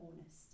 honest